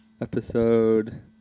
Episode